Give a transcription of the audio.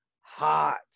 hot